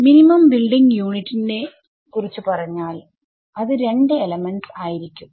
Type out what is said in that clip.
minimum building unit നെ കുറിച്ച് പറഞ്ഞാൽ അത് രണ്ട് എലമെന്റ്സ് ആയിരിക്കും